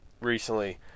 recently